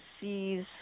sees